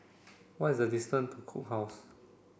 what is the distance to Cook House